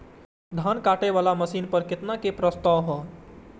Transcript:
धान काटे वाला मशीन पर केतना के प्रस्ताव हय?